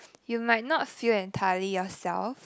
you might not feel entirely yourself